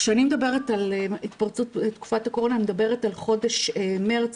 כשאני מדברת על התפרצות תקופת הקורונה אני מדברת על חודש מארס,